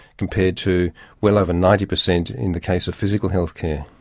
compared to well over ninety percent in the case of physical healthcare.